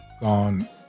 gone